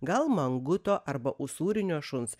gal manguto arba usūrinio šuns